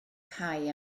cau